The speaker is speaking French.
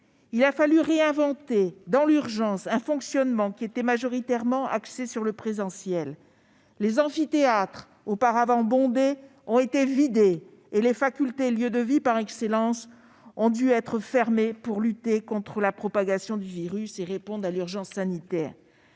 Il a fallu réinventer, dans l'urgence, un fonctionnement qui était majoritairement axé sur le présentiel. Les amphithéâtres, auparavant bondés, ont été vidés, et les facultés, lieux de vie par excellence, ont dû être fermées pour lutter contre la propagation du virus et répondre à l'urgence sanitaire.